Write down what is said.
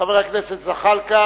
חבר הכנסת ג'מאל זחאלקה,